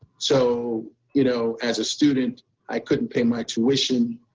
so you know as a student i couldn't pay my tuition.